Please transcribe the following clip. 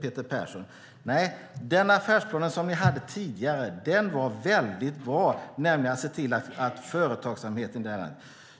Peter Persson. Den affärsplan som ni hade tidigare var mycket bra, nämligen att se till att företagsamheten klarar sig.